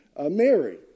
Mary